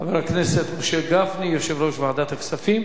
חבר הכנסת משה גפני, יושב-ראש ועדת הכספים.